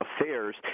Affairs